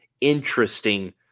interesting